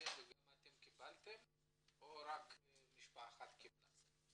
וגם אתם קיבלתם הערת אזהרה או שרק משפחה אחת קיבלה?